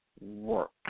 work